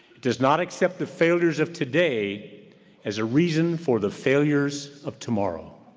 does not accept the failures of today as a reason for the failures of tomorrow.